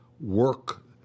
work